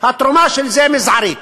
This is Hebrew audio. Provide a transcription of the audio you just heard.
התרומה של זה מזערית.